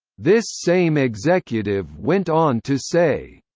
this same executive went on to say,